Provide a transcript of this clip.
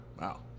Wow